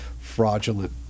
fraudulent